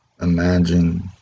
imagine